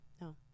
no